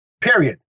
period